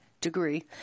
degree